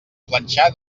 planxar